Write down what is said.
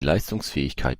leistungsfähigkeit